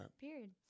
Period